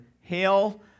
Hail